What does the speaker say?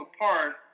apart